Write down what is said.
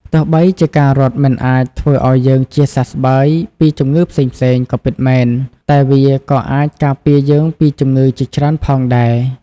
ទោះបីជាការរត់មិនអាចធ្វើឲ្យយើងជាសះស្បើយពីជំងឺផ្សេងៗក៏ពិតមែន តែវាក៏អាចការពារយើងពីជំងឺជាច្រើនផងដែរ។